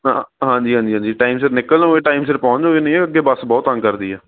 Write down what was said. ਹਾਂ ਹਾਂਜੀ ਹਾਂਜੀ ਹਾਂਜੀ ਟਾਈਮ ਸਿਰ ਨਿਕਲ ਲਓਗੇ ਟਾਈਮ ਸਿਰ ਪਹੁੰਚ ਜਾਓਗੇ ਨਹੀਂ ਅੱਗੇ ਬੱਸ ਬਹੁਤ ਤੰਗ ਕਰਦੀ ਆ